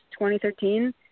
2013